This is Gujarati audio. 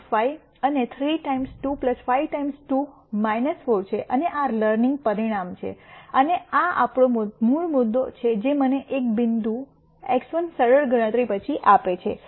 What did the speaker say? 5 અને 3 ટાઈમ્સ 2 5 ટાઈમ્સ 2 4 છે અને આ લર્નિંગ પરિમાણ છે અને આ આપણો મૂળ મુદ્દો છે જે મને એક v બિંદુ x1 સરળ ગણતરી પછી આપે છે